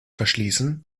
verschließen